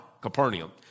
Capernaum